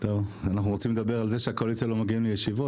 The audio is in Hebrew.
אנחנו רוצים לדבר על זה שהקואליציה לא מגיעים לישיבות,